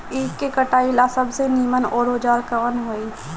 ईख के कटाई ला सबसे नीमन औजार कवन होई?